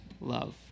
love